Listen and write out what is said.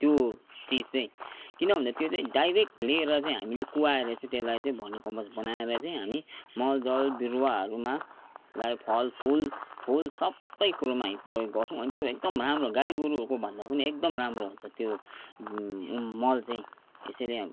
त्यो चिज चाहिँ किनभने त्यो चाहिँ डाइरेक्ट लिएर चाहिँ हामीले कुहाएर चाहिँ त्यसलाई चाहिँ भर्मिकम्पोस्ट बनाएर चाहिँ हामी मल जल बिरुवाहरूमा ला फल फुल फुल सबै कुरोहरूमा हामी प्रयोग गर्छौँ अनि त्यो एकदम राम्रो गाई गोरुहरूकोभन्दा पनि एकदम राम्रो हुन्छ त्यो मल चाहिँ यसैले